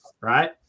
right